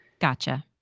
Gotcha